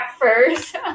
first